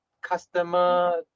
customer